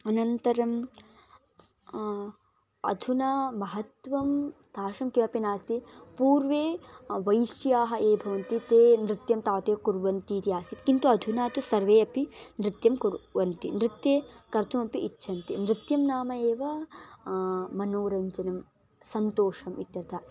अनन्तरम् अधुना महत्त्वं तादृशं किमपि नास्ति पूर्वे वैश्याः ये भवन्ति ते नृत्यं तावदेव कुर्वन्ति इति आसीत् किन्तु अधुना तु सर्वे अपि नृत्यं कुर्वन्ति नृत्ये कर्तुमपि इच्छन्ति नृत्यं नाम एव मनोरञ्जनं सन्तोषः इत्यर्थः